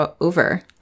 over